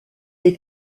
est